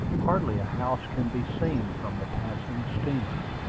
hardly a house can be seen from the passing steamer.